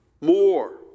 more